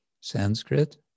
Sanskrit